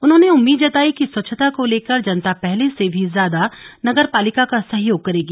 उन्होंने उम्मीद जताई कि स्वच्छता को लेकर जनता पहले से भी ज्यादा नगर पालिका का सहयोग करेगी